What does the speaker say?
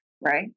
Right